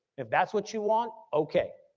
if that's what you want okay,